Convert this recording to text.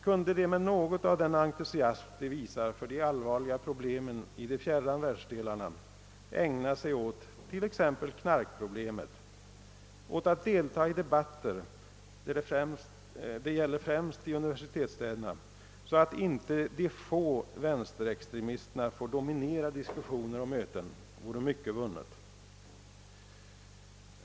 Kunde de med något av den entusiasm de visar för de allvarliga problemen i de fjärran världsdelarna ägna sig åt t.ex. knarkproblemet, åt att deltaga" i debatter — det gäller främst i universitetsstäderna — så att inte de få vänsterextremisterna får dominera diskussioner och möten, vore mycket vunnet.